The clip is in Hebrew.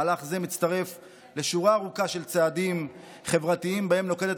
מהלך זה מצטרף לשורה ארוכה של צעדים חברתיים שנוקטת